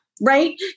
right